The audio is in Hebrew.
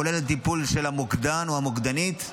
כולל הטיפול של המוקדן או המוקדנית,